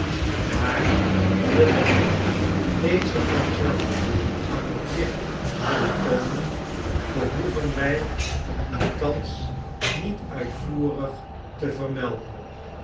maar dewijl deze van zelf aan het licht zullen komen behoeven wij die thans niet uitvoerig te vermelden